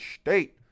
state